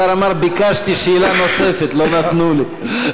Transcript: השר אמר: ביקשתי שאלה נוספת, לא נתנו לי.